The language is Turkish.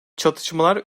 çatışmalar